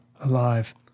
alive